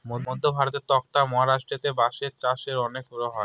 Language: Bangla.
মধ্য ভারতে ট্বতথা মহারাষ্ট্রেতে বাঁশের চাষ অনেক হয়